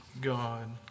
God